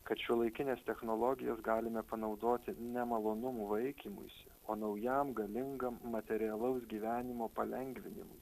kad šiuolaikines technologijas galime panaudoti nemalonumų vaikymuisi o naujam galingam materialaus gyvenimo palengvinimui